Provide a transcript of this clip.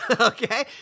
okay